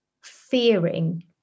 fearing